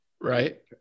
Right